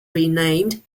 renamed